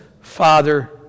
Father